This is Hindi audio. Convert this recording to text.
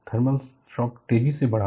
थर्मल शॉक तेजी से बढ़ा